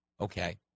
okay